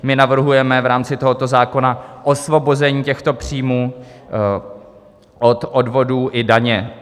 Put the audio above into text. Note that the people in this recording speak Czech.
My navrhujeme v rámci tohoto zákona osvobození těchto příjmů od odvodů i daně.